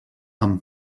amb